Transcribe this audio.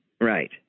Right